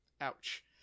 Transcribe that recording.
ouch